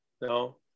no